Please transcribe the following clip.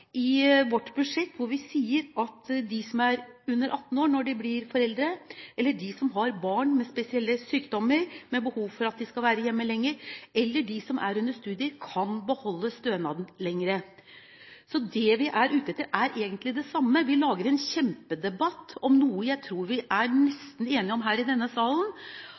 i vårt budsjett, hvor vi sier at de som er under 18 år når de blir foreldre, de som har barn med spesielle sykdommer, med behov for at de skal være hjemme lenger, eller de som er under studier, kan beholde stønaden lenger. Det vi er ute etter, er egentlig det samme. Det lages en kjempedebatt om noe jeg tror vi er nesten enige om i denne salen: